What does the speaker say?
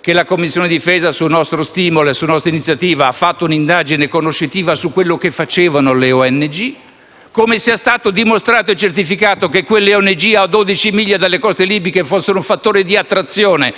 che la Commissione difesa, su nostro stimolo e iniziativa, ha svolto un'indagine conoscitiva su ciò che facevano le ONG; che è stato dimostrato e certificato che quelle ONG a 12 miglia dalle coste libiche fossero un fattore d'attrazione